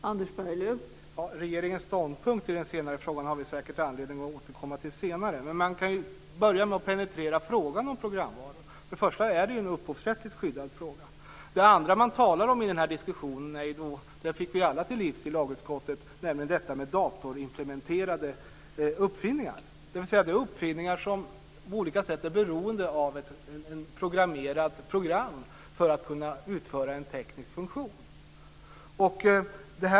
Fru talman! Regeringens ståndpunkt, som togs upp i den senare frågan, har vi säkert anledning att återkomma till senare. Man kan ju börja med att penetrera frågan om programvara. Först och främst är det ju en upphovsrättsligt skyddad vara. Det andra man talar om i den här diskussionen - det fick vi oss alla till livs i lagutskottet - är datorimplementerade uppfinningar. Det är uppfinningar som på olika sätt är beroende av ett program för att kunna utföra en teknisk funktion.